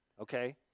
okay